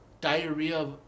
Diarrhea